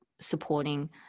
supporting